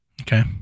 Okay